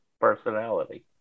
personality